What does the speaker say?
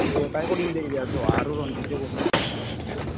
দুইটাই কৰিম দিয়া এইবাৰ জহা আৰু ৰঞ্জিতে কৰোঁ